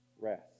Rest